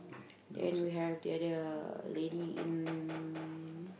then we have the other lady in